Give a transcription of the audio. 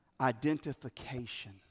identification